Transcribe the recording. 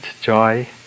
joy